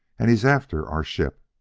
and he's after our ship.